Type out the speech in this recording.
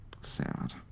Sad